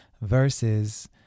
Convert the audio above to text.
versus